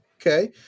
Okay